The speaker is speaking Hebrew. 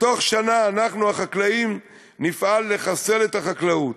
בתוך שנה אנחנו, החקלאים, נפעל לחסל את החקלאות,